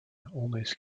almost